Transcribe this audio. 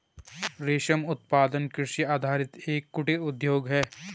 रेशम उत्पादन कृषि आधारित एक कुटीर उद्योग है